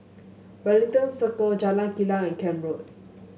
Wellington Circle Jalan Kilang and Camp Road